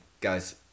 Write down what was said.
Guy's